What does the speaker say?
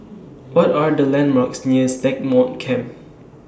What Are The landmarks near Stagmont Camp